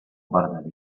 verdader